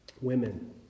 Women